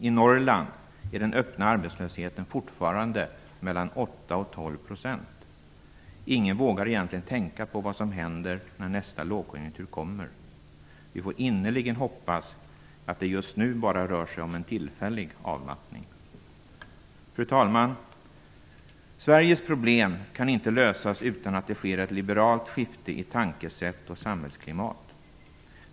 I Norrland är den öppna arbetslösheten fortfarande mellan 8 och 12 %. Ingen vågar egentligen tänka på vad som händer när nästa lågkonjunktur kommer. Vi får innerligt hoppas att det just nu bara rör sig om en tillfällig avmattning. Fru talman! Sveriges problem kan inte lösas utan att det sker ett liberalt skifte i tankesätt och samhällsklimat.